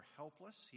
helpless